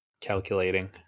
calculating